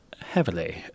heavily